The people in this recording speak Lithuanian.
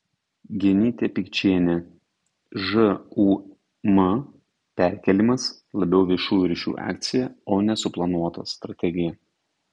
genytė pikčienė žūm perkėlimas labiau viešųjų ryšių akcija o ne suplanuota strategija